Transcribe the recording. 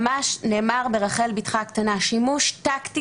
ממש נאמר ברחל ביתך הקטנה על שימוש טקטי